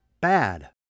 bad